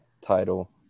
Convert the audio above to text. title